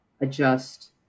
adjust